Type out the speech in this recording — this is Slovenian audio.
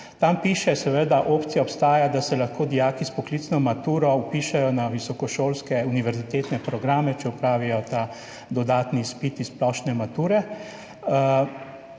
Tam piše, da obstaja opcija, da se lahko dijaki s poklicno maturo vpišejo na visokošolske univerzitetne programe, če opravijo ta dodatni izpit splošne mature